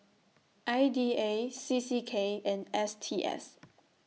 I D A C C K and S T S